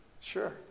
Sure